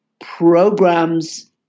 programs